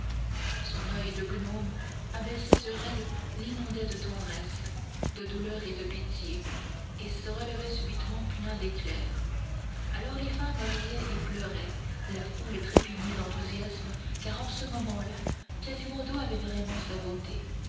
son oeil de gnome abaissé sur elle l'inondait de tendresse de douleur et de pitié et se relevait subitement plein d'éclairs alors les femmes riaient et pleuraient la foule trépignait d'enthousiasme car en ce moment-là quasimodo avait vraiment sa beauté